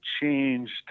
changed